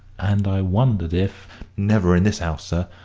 and i wondered if never in this ouse, sir.